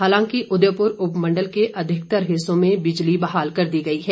हालांकि उदयपुर उपमण्डल के अधिकतर हिस्सों में बिजली बहाल कर दी गई है